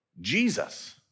Jesus